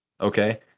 okay